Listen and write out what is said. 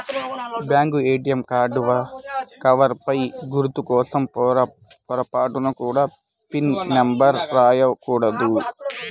bank ATM card cover పైన గుర్తు కోసం పొరపాటున కూడా పిన్ నెంబర్ రాయకూడదు